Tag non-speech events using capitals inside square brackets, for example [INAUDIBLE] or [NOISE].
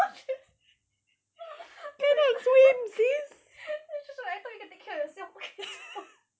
[LAUGHS] then she's like I thought you can take care of yourself [LAUGHS]